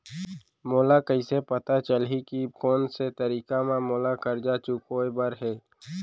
मोला कइसे पता चलही के कोन से तारीक म मोला करजा चुकोय बर हे?